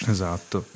Esatto